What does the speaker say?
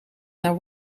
naar